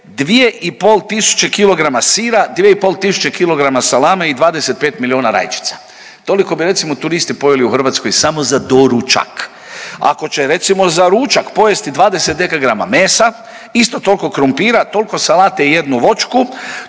2 i pol tisuća kg salame i 25 milijuna rajčica. Toliko bi recimo turisti pojeli u Hrvatskoj samo za doručak. Ako ćemo recimo za ručak pojesti 20 dkg mesa, isto tolko krumpira, tolko salate i jednu voćku,